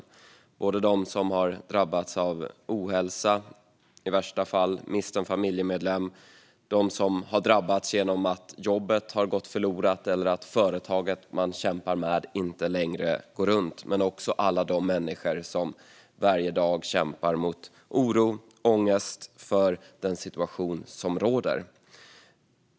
Det gäller både dem som har drabbats av ohälsa eller i värsta fall mist en familjemedlem och dem som har förlorat sitt jobb eller sitt företag för att det inte längre går runt. Det gäller också alla de människor som varje dag kämpar mot oro och ångest för den situation som råder.